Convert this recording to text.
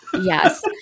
yes